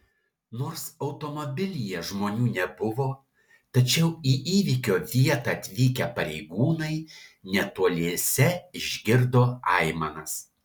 nors automobilyje žmonių nebuvo tačiau į įvykio vietą atvykę pareigūnai netoliese išgirdo aimanas